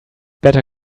better